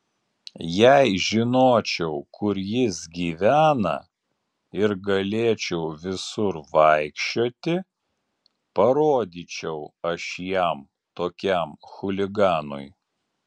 jei žinočiau kur jis gyvena ir galėčiau visur vaikščioti parodyčiau aš jam tokiam chuliganui